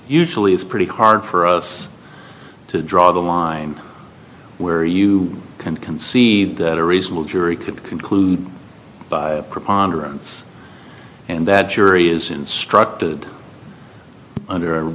usually it's pretty hard for us to draw the line where you can concede that a reasonable jury could conclude by preponderance and that jury is instructed under